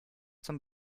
zum